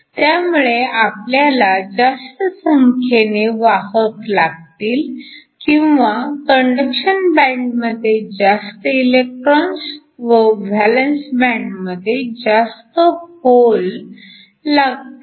त्यामुळे आपल्याला जास्त संख्येने वाहक लागतील किंवा कंडक्शन बँडमध्ये जास्त इलेकट्रोन्स व व्हॅलन्स बँड मध्ये जास्त होल लागतील